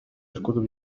الكتب